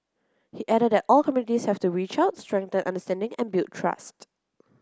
he added that all communities have to reach out strengthen understanding and build trust